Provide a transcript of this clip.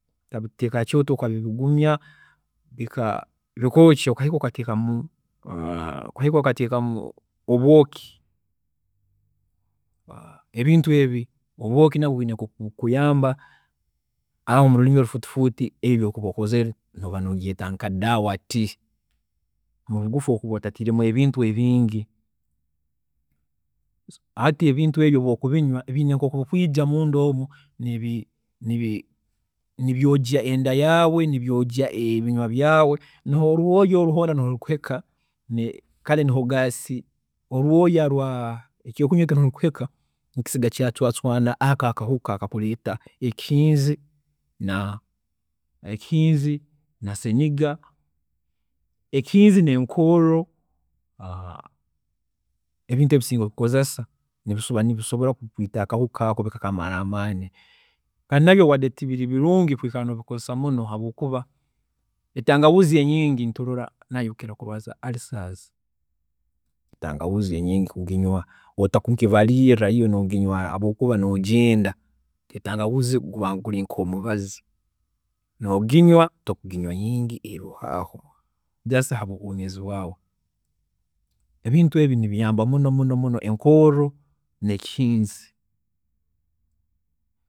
﻿Okabiteeka hakyooto okabibugumya bikookya okahika okateekamu, okahika okabiteekamu obwooki, ebintu ebi obwooki obu nabwo bwiine nkoku bukuyamba, mulurimi olufuuti fuuti ebi ebyokuba okozire nooba nobyeeta nka dawa tea, mubugufu obu okuba otatiiremu ebintu ebingi, hati ebintu ebi obu okubinywa biine nkoku bikwiija munda omu nibyojya enda yaawe, nibyojya ebinywa byaawe, niho orwooya oru hoona niho rukuhika kare niho gas, orwooya rwa ekyokunywa ahu kikuhika nikisiga kyaacwaacwaana ako akahuka akakureeta ekihiinzi na senyiga, ekihiinzi n'enkoorro, ebintu ebi singa obikozesa nibisobora kwiita ako akahuka bikakamara amaani. Kandi nabyo tibiri birungi kubikozesa muno habwokuba etangahuuzi enyiingi turola nayo ekira kurwaaza ulcers, entangahuuzi enyingi kuginywa otakugibariira iwe noginywa habwookuba nogyenda, entangahuuzi guba guri nk'omubazi, noginywa tokuginywa nyingi eroho aho, just habw'oobwoomeezi bwaawe, ebintu ebi nibiyamba muno muno, enkoorro, n'ekihiinzi